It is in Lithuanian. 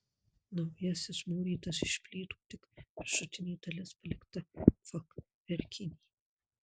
naujasis mūrytas iš plytų tik viršutinė dalis palikta fachverkinė